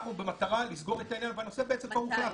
אנחנו במטרה לסגור את העניין והנושא בעצם כבר הוחלט.